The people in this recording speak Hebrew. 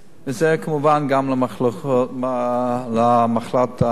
זה כמובן גם למחלת הסרטן.